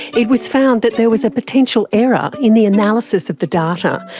it was found that there was a potential error in the analysis of the data,